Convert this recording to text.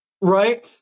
Right